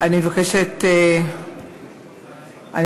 אני